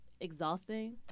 exhausting